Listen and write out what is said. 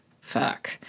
fuck